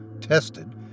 tested